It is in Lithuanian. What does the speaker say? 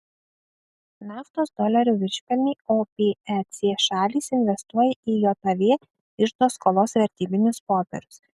naftos dolerių viršpelnį opec šalys investuoja į jav iždo skolos vertybinius popierius